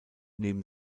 neben